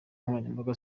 nkoranyambaga